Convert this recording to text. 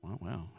Wow